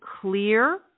clear